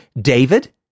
David